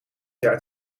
jaar